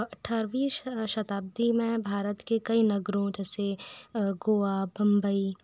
अठारवीं शताब्दी में भारत के कई नगरों जैसे गोआ बम्बई